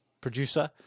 producer